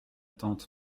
tante